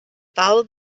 followed